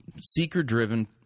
seeker-driven